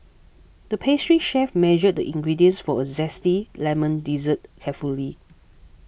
the pastry chef measured the ingredients for a Zesty Lemon Dessert carefully